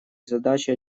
задачей